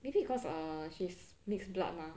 maybe because err she's mixed blood mah